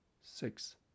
six